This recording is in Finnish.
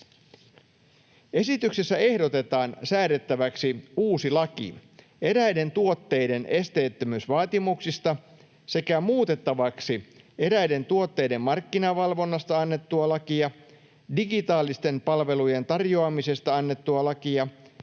Esityksessä ehdotetaan säädettäväksi uusi laki eräiden tuotteiden esteettömyysvaatimuksista sekä muutettavaksi eräiden tuotteiden markkinavalvonnasta annettua lakia, digitaalisten palvelujen tarjoamisesta annettua lakia,